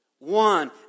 One